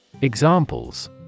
Examples